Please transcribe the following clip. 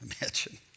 Imagine